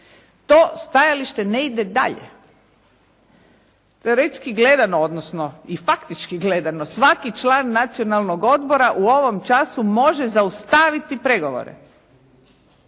to stajalište ne ide dalje. Teoretski gledano odnosno i faktički gledano svaki član Nacionalnog odbora u ovom času može zaustaviti pregovore